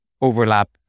overlap